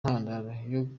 ntandaro